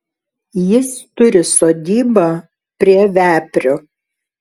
jis turi sodybą prie veprių